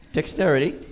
Dexterity